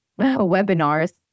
webinars